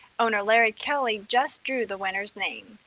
owner larry kelly just drew the winner's name.